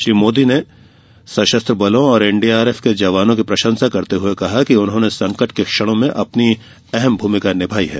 श्री मोदी ने सशस्त्र बलों और एनडीआरएफ के जवानों की प्रशंसा करते हुए कहा कि उन्होंने संकट के क्षणों में अपनी अहम भूमिका निभायी है